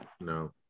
No